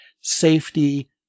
safety